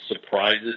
surprises